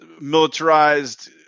militarized